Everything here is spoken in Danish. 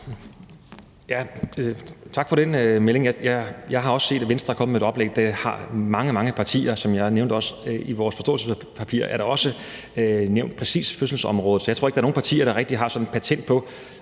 Tak for den melding. Jeg har også set, at Venstre er kommet med et oplæg – det har mange, mange andre partier også gjort, og som jeg nævnte, er der i vores forståelsespapir også nævnt præcis fødselsområdet, så jeg tror ikke, at der er nogen partier, der rigtig har sådan patent på